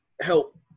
help